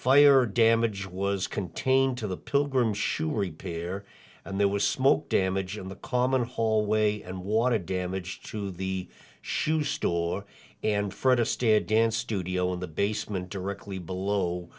fire damage was contained to the pilgrim shoe repair and there was smoke damage in the common hallway and water damage to the shoe store and fred astaire dance studio in the basement directly below